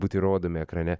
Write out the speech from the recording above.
būti rodomi ekrane